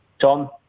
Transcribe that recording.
Tom